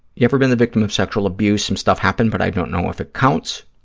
you ever been the victim of sexual abuse? some stuff happened but i don't know if it counts.